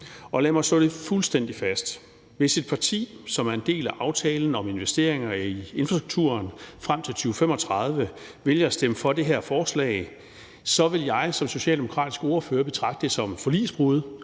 lad mig slå det fuldstændig fast: Hvis et parti, som er en del af aftalen om investeringer i infrastrukturen frem til 2035, vælger at stemme for det her forslag, så vil jeg som socialdemokratisk ordfører betragte det som forligsbrud,